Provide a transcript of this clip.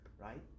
right